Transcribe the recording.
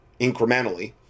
incrementally